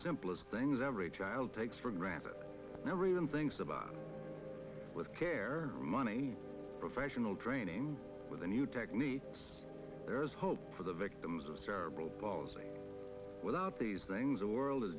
simplest things every child takes for granted never even thinks about with care money professional training with a new technique there is hope for the victims of cerebral palsy without these things the world is